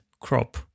crop